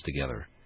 together